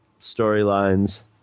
storylines